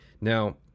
Now